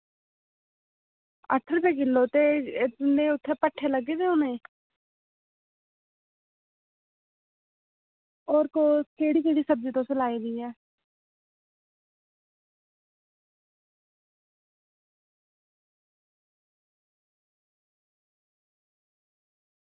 अट्ठ रपेऽ किल्लो ते तुंदे उत्थें भट्ठे लग्गे दे होने होर को केह्ड़ी केह्ड़ी सब्ज़ी तुसें लाई दी ऐ